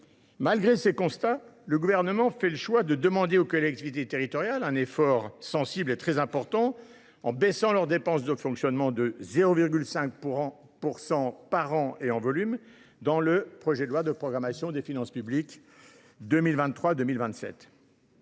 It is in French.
Malgré ces constats, le Gouvernement fait le choix de demander aux collectivités territoriales un effort très important de baisse de leurs dépenses de fonctionnement, de 0,5 % par an en volume, dans le projet de loi de programmation des finances publiques pour